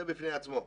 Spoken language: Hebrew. זה בפני עצמו,